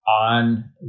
on